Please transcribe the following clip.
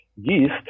yeast